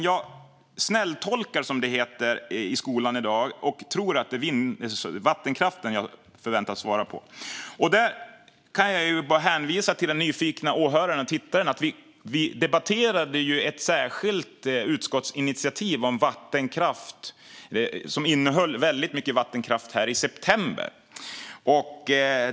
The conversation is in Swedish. Jag snälltolkar det, som det heter i skolan i dag, och tror att det är vattenkraften jag förväntas svara på. Här kan jag bara hänvisa den nyfikna åhöraren och tittaren till att vi debatterade ett särskilt utskottsinitiativ som innehöll väldigt mycket vattenkraft här i september.